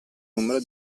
numero